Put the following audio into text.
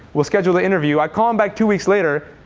we'll schedule the interview. i call him back two weeks later.